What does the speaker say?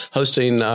hosting